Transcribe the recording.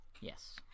Yes